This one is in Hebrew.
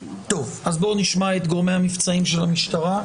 נשמע את גורמי המבצעים של המשטרה.